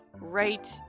right